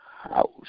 house